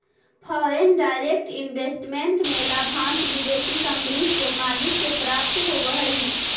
foreign direct investment में लाभांश विदेशी कंपनी के मालिक के प्राप्त होवऽ हई